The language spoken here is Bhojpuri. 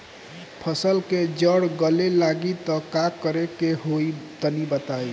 फसल के जड़ गले लागि त का करेके होई तनि बताई?